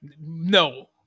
No